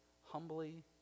humbly